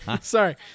Sorry